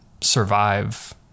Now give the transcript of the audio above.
survive